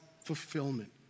fulfillment